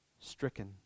Stricken